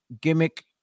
gimmick